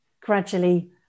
gradually